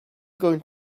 going